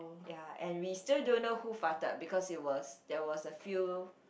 ya and we still don't know who farted because it was there was a few